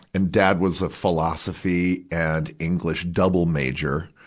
and dad was a philosophy and english double major.